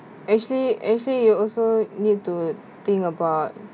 actually actually you also need to think about